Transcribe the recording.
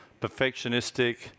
perfectionistic